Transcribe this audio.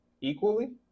equally